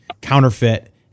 counterfeit